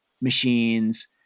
machines